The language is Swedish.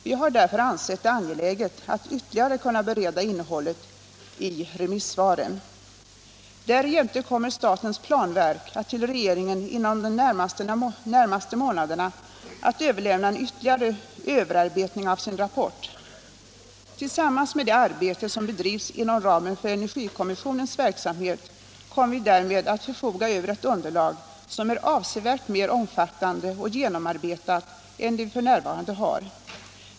Vi har därför ansett det angeläget att ytterligare kunna bereda innehållet i remissvaren. Därjämte kommer statens planverk att till regeringen inom de närmaste månaderna överlämna en ytterligare överarbetning av sin rapport. Tillsammans med det arbete som bedrivs inom ramen för energikommissionens verksamhet kommer vi därmed att förfoga över ett underlag som är avsevärt mer omfattande och genomarbetat än det vi f.n. har.